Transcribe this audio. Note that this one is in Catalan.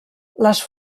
les